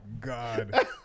God